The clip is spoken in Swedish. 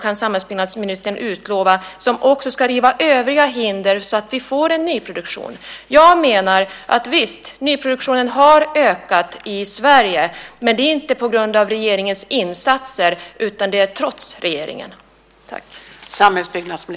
Kan samhällsbyggnadsministern utlova att de också ska riva övriga hinder så att vi får en nyproduktion? Visst har nyproduktionen ökat i Sverige. Men det är inte på grund av regeringens insatser, utan det är trots regeringen.